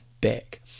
back